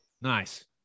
Nice